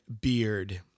beard